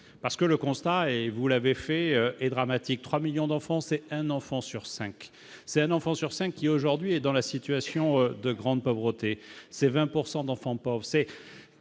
parce que le constat et vous l'avez fait et dramatique, 3 millions d'enfants, c'est un enfant sur 5, c'est un enfant sur 5 qui aujourd'hui est dans la situation de grande pauvreté, ces 20 pourcent d'enfants pas